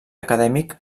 acadèmic